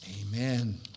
Amen